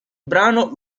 brano